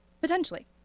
potentially